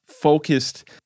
focused